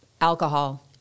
Alcohol